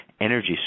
energy